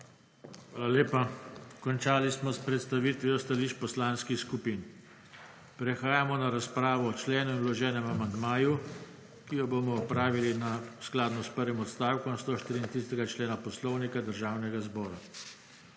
Hvala lepa. Končali smo s predstavitvijo stališč poslanskih skupin. Prehajamo na razpravo o členu in vloženem amandmaju, ki jo bomo opravili v skladu s prvim odstavkom 134. člena Poslovnika Državnega zbora.